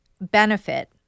benefit